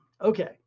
Okay